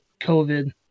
COVID